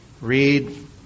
read